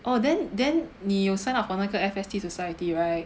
orh then then 你有 sign up for 那个 F_S_T society right